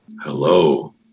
Hello